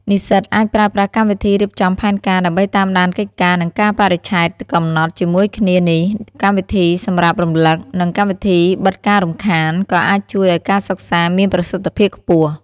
និស្សិតអាចប្រើប្រាស់កម្មវិធីរៀបចំផែនការ ដើម្បីតាមដានកិច្ចការ និងកាលបរិច្ឆេទកំណត់ ជាមួយគ្នានេះ កម្មវិធីសម្រាប់រំលឹក និងកម្មវិធីបិទការរំខាន ក៏អាចជួយឲ្យការសិក្សាមានប្រសិទ្ធភាពខ្ពស់។